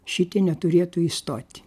šitie neturėtų įstot